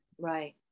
Right